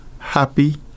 happy